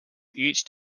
each